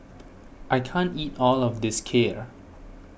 I can't eat all of this Kheer